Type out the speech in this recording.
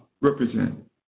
represent